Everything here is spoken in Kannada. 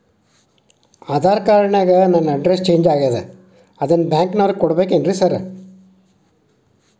ಆಧಾರ್ ಕಾರ್ಡ್ ನ್ಯಾಗ ನನ್ ಅಡ್ರೆಸ್ ಚೇಂಜ್ ಆಗ್ಯಾದ ಅದನ್ನ ಬ್ಯಾಂಕಿನೊರಿಗೆ ಕೊಡ್ಬೇಕೇನ್ರಿ ಸಾರ್?